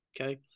Okay